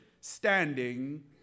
Standing